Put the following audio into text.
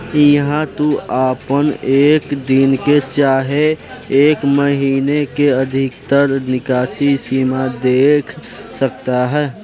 इहा तू आपन एक दिन के चाहे एक महीने के अधिकतर निकासी सीमा देख सकतार